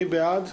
מי בעד?